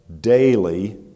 daily